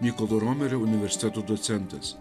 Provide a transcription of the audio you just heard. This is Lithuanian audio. mykolo romerio universiteto docentas